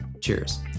cheers